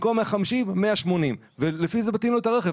שבמקום 150 הוא יקבל 180. לפי זה נותנים לו את הרכב.